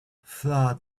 flood